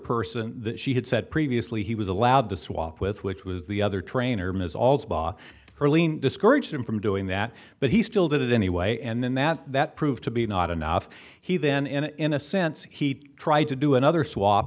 person that she had said previously he was allowed to swap with which was the other trainer ms all saw her lean discourage him from doing that but he still did it anyway and then that that proved to be not enough he then in a in a sense he tried to do another swap